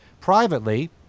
privately